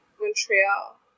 Montreal